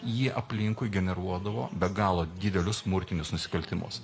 jie aplinkui generuodavo be galo didelius smurtinius nusikaltimus